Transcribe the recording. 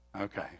Okay